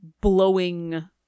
blowing